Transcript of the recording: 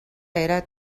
era